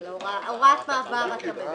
על הוראת המעבר אתה מדבר.